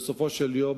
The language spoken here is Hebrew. בסופו של יום,